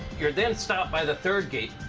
you're then stopped by the third gate,